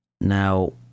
Now